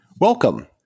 Welcome